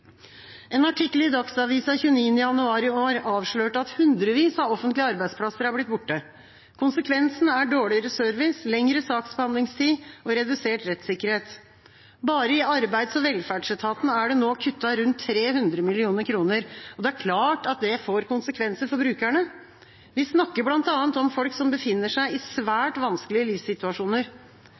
En artikkel i Dagsavisen 29. januar i år avslørte at hundrevis av offentlige arbeidsplasser er blitt borte. Konsekvensen er dårligere service, lengre saksbehandlingstid og redusert rettssikkerhet. Bare i Arbeids- og velferdsetaten er det nå kuttet rundt 300 mill. kr. Det er klart at det får konsekvenser for brukerne. Vi snakker bl.a. om folk som befinner seg i svært vanskelige livssituasjoner.